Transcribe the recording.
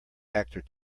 actor